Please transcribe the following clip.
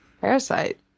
Parasite